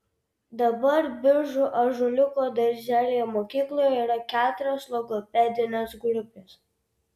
dabar biržų ąžuoliuko darželyje mokykloje yra keturios logopedinės grupės